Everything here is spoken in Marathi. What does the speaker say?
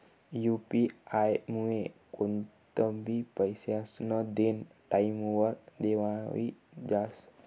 यु.पी आयमुये कोणतंबी पैसास्नं देनं टाईमवर देवाई जास